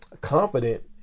confident